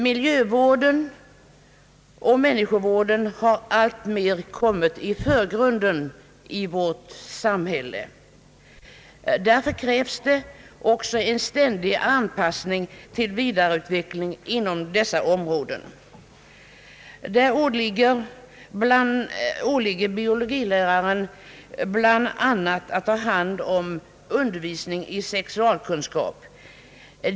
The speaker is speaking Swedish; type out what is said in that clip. Miljövården och människovården har alltmer kommit i förgrunden i vårt samhälle. Därför krävs också en ständig anpassning till vidareutvecklingen på dessa områden. Bland annat åligger det biologilärarna att ta hand om undervisningen i sexualkunskap.